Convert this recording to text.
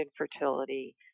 infertility